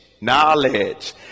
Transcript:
Knowledge